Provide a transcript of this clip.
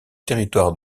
territoire